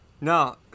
No